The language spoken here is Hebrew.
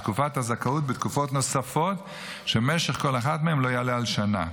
תקופת הזכאות בתקופות נוספות שמשך כל אחת מהן לא יעלה על שנה.